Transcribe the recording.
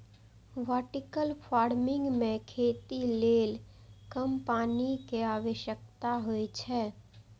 vertical farming मे खेती लेल कम पानि के आवश्यकता होइ छै